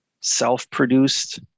self-produced